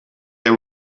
they